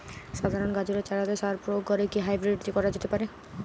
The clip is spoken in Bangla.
সাধারণ গাজরের চারাতে সার প্রয়োগ করে কি হাইব্রীড করা যেতে পারে?